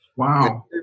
Wow